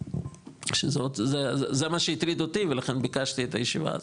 שזה מה שהטריד אותי ולכן ביקשתי את הישיבה הזאת.